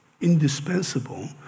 indispensable